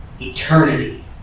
eternity